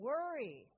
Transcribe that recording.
Worry